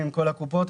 עם כל הקופות,